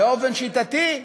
באופן שיטתי,